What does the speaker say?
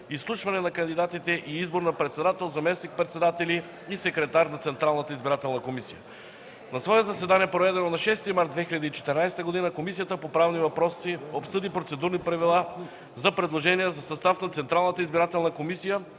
изслушване на кандидатите и избор на председател, заместник-председатели и секретар на Централната избирателна комисия На свое заседание, проведено на 6 март 2014 г., Комисията по правни въпроси обсъди Процедурни правила за предложения за състав на Централната избирателна комисия,